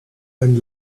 einen